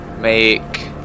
make